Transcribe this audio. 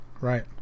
Right